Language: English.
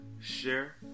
share